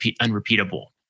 unrepeatable